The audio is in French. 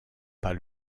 pas